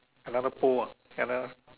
another pole ah other